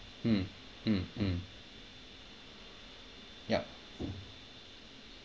mm mm mm yup